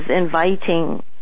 inviting